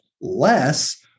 Less